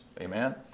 Amen